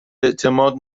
اعتماد